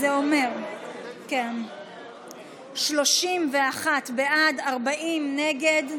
זה אומר 31 בעד, 40 נגד.